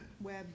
web